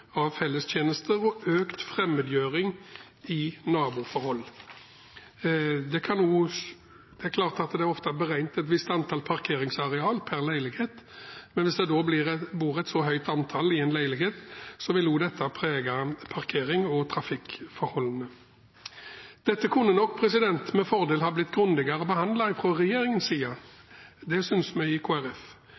og økt fremmedgjøring i naboforhold. Det er klart at det ofte er beregnet et visst parkeringsareal per leilighet, men hvis det da bor et så høyt antall mennesker i en leilighet, vil dette også prege parkeringen og trafikkforholdene. Dette kunne nok med fordel ha blitt grundigere behandlet fra regjeringens side, det synes vi i